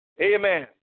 Amen